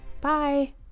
Bye